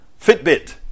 Fitbit